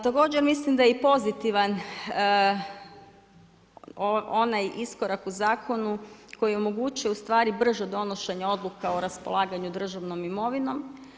Također mislim da je pozitivan onaj iskorak u zakonu koji omogućuje brže donošenje odluka o raspolaganju državnom imovinom.